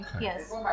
yes